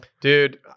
Dude